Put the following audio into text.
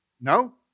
no